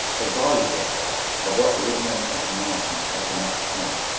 a voluble fellow of what original nationality i could not determine.